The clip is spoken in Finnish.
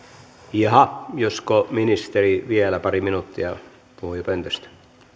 jaha josko ministeri vielä pari minuuttia puhujapöntöstä